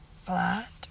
flat